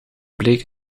bleek